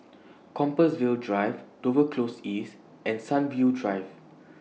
Compassvale Drive Dover Close East and Sunview Drive